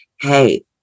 hey